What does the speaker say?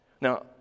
Now